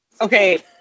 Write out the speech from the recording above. Okay